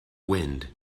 wind